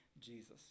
Jesus